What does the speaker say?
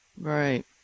Right